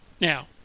Now